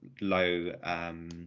low